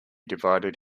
divided